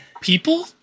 people